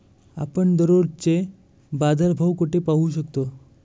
आपण दररोजचे बाजारभाव कोठे पाहू शकतो?